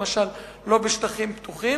למשל לא בשטחים פתוחים,